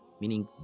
meaning